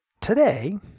today